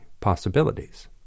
possibilities